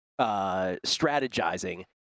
strategizing